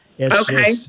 Okay